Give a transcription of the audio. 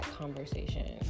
conversation